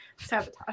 Sabotage